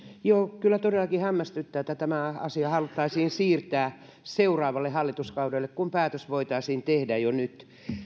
joo kyllä todellakin hämmästyttää että tämä asia haluttaisiin siirtää seuraavalle hallituskaudelle kun päätös voitaisiin tehdä jo nyt